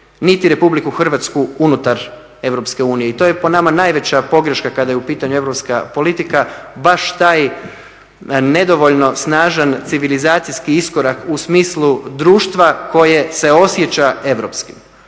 niti EU u RH, niti RH unutar EU i to je po nama najveća pogreška kada je u pitanju europska politika, baš taj nedovoljno snažan civilizacijski iskorak u smislu društva koje se osjeća europskim.